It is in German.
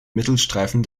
mittelstreifen